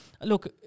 look